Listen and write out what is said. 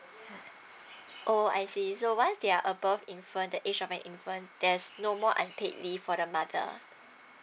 oh I see so once they are above infant the age of an infant there's no more I paid me for the month err